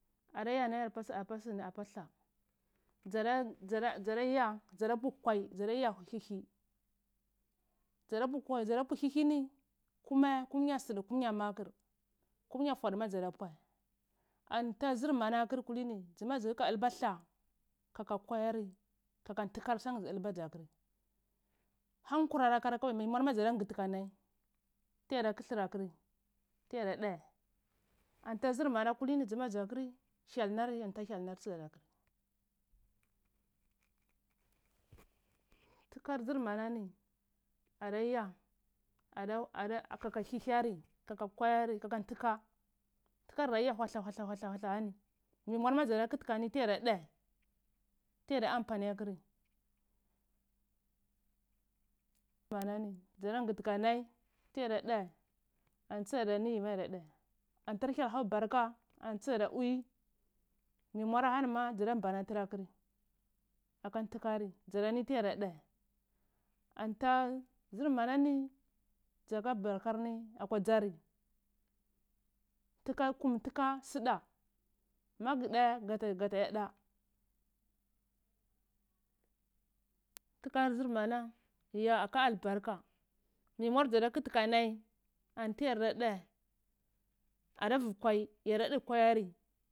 Ada eya nayar apa sn apa tha dza dza dzadaya dza da pu kwai dza daya hihi dza da pu kwai dza dapu hihi ni kumae, kumya, sdae kumya makr, kumza fwodu ma dza da puai anta zr mana kr kulini dama zlka dlnta tha aka kwai ari k aka nlka som zdlba dzakri hankurar akari kawai miyi mwar ma dankti ka nai tiyada kthr akri ti yada dae anta zr mana kulini zma zakri hyal nari anta hyal nar tiyalaga tkar zr manani ada ya adaada kaka hihi ari kaka kwai ari kaka ntka tkar daya hwatha hwatha hwatha ahani miyi mwar ma dza da kti ka nai tiya da dae tiya da ampani akri manani dza dan ngti k alai tiyada dae ani tza dani yima yada da antar hyal hau barka ani tzada bwui miyi mwar ahn ima dzada mbana tra akri akar tka ari dza da ni tiya da dae anta zr manani zaka barkarni ata ddzari tka kum tka sdae magdae ata eya da tkar zr mana ya aka albarka miyi mwar zada kti ka nai anti yar da dae adavikwai yada dkwai ari.